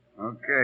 Okay